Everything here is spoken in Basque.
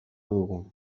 dugu